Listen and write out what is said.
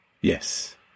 Yes